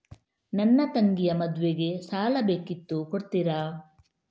ನನ್ನ ತಂಗಿಯ ಮದ್ವೆಗೆ ಸಾಲ ಬೇಕಿತ್ತು ಕೊಡ್ತೀರಾ?